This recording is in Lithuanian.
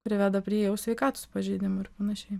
priveda prie jau sveikatos pažeidimų ir panašiai